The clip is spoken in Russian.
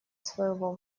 своего